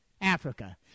Africa